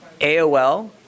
AOL